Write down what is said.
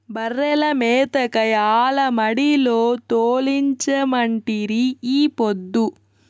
బర్రెల మేతకై ఆల మడిలో తోలించమంటిరి ఈ పొద్దు